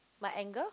my anger